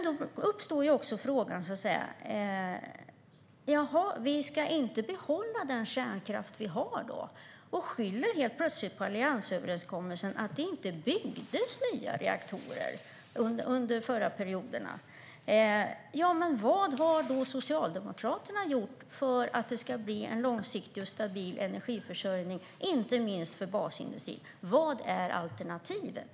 Då uppstår en fråga: Ska vi inte behålla den kärnkraft vi har? Man skyller helt plötsligt på alliansöverenskommelsen för att det inte byggdes nya reaktorer under de förra perioderna. Vad har då Socialdemokraterna gjort för att det ska bli en långsiktig och stabil energiförsörjning, inte minst för basindustrin? Vad är alternativet?